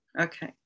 Okay